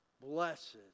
Blessed